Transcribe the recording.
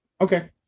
okay